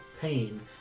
pain